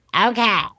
okay